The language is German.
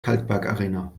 kalkbergarena